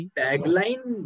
tagline